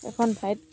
এখন ঠাইত